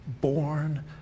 born